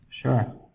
sure